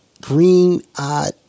green-eyed